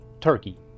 turkey